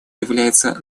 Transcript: является